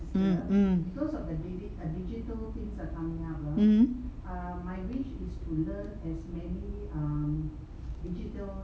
mm mm mmhmm